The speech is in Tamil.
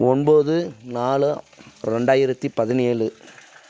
ஒம்பது நாலு ரெண்டாயிரத்து பதினேழு